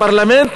הפרלמנט,